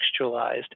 contextualized